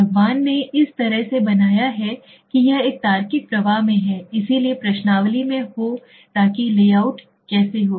भगवान ने इस तरह से बनाया है कि यह एक तार्किक प्रवाह में है इसलिए प्रश्नावली में हो ताकि लेआउट कैसे हो